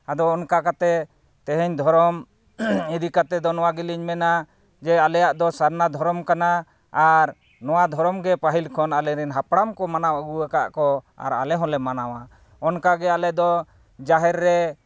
ᱟᱫᱚ ᱚᱱᱠᱟ ᱠᱟᱛᱮᱫ ᱛᱮᱦᱮᱧ ᱫᱷᱚᱨᱚᱢ ᱤᱫᱤ ᱠᱟᱛᱮᱫ ᱫᱚ ᱱᱚᱣᱟ ᱜᱮᱞᱤᱧ ᱢᱮᱱᱟ ᱡᱮ ᱟᱞᱮᱭᱟᱜ ᱫᱚ ᱥᱟᱨᱱᱟ ᱫᱷᱚᱨᱚᱢ ᱠᱟᱱᱟ ᱟᱨ ᱱᱚᱣᱟ ᱫᱷᱚᱨᱚᱢ ᱜᱮ ᱯᱟᱹᱦᱤᱞ ᱠᱷᱚᱱ ᱟᱞᱮ ᱨᱮᱱ ᱦᱟᱯᱲᱟᱢ ᱠᱚ ᱢᱟᱱᱟᱣ ᱟᱹᱜᱩ ᱟᱠᱟᱫ ᱠᱚ ᱟᱨ ᱟᱞᱮ ᱦᱚᱸᱞᱮ ᱢᱟᱱᱟᱣᱟ ᱚᱱᱠᱟᱜᱮ ᱟᱞᱮᱫᱚ ᱡᱟᱦᱮᱨ ᱨᱮ